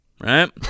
right